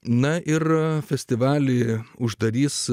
na ir festivalį uždarys